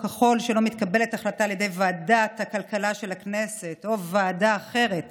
ככל שלא מתקבלת החלטה על ידי ועדת הכלכלה של הכנסת או ועדה אחרת